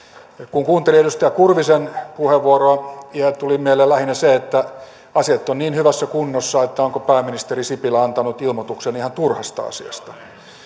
kun kuuntelin edustaja kurvisen puheenvuoroa tuli mieleen lähinnä se että asiat ovat niin hyvässä kunnossa että onko pääministeri sipilä antanut ilmoituksen ihan turhasta asiasta että